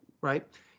right